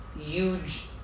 huge